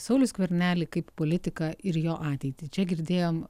saulių skvernelį kaip politiką ir jo ateitį čia girdėjom